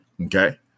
okay